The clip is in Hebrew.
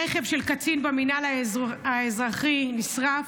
רכב של קצין במינהל האזרחי נשרף,